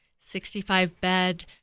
65-bed